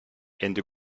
ende